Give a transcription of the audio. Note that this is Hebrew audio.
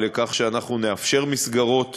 ולכך שנאפשר מסגרות